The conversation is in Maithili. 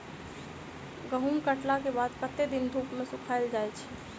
गहूम कटला केँ बाद कत्ते दिन धूप मे सूखैल जाय छै?